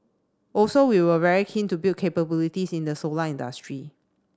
also we were very keen to build capabilities in the solar industry